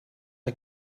mae